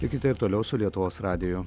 likite ir toliau su lietuvos radiju